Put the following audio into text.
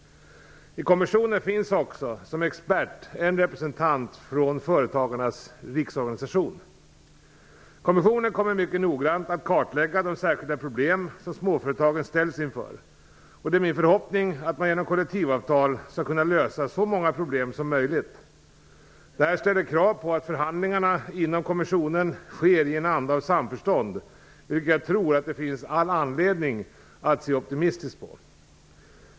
I kommissionen finns också som expert en representant från Företagarnas riksorganisation. Kommissionen kommer mycket noggrant att kartlägga de särskilda problem som småföretagen ställs inför. Det är min förhoppning att man genom kollektivavtal skall kunna lösa så många problem som möjligt. Detta ställer krav på att förhandlingarna inom kommissionen sker i en anda av samförstånd, vilket jag tror att det finns all anledning att se optimistiskt på.